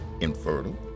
infertile